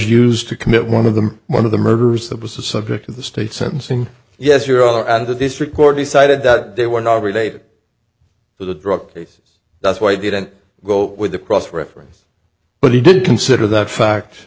used to commit one of them one of the murders that was the subject of the state's sentencing yes your honor and the district court decided that they were not related to the drug case that's why i didn't go with the cross reference but he did consider that fact